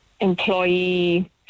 employee